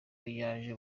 yaje